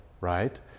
right